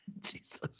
Jesus